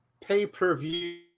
pay-per-view